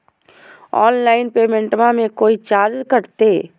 Online पेमेंटबां मे कोइ चार्ज कटते?